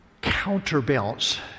counterbalance